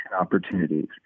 opportunities